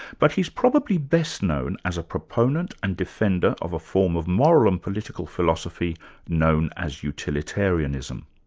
but he's probably best known as a proponent and defender of a form of moral and political philosophy known as utilitarianism.